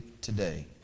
today